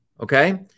okay